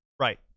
Right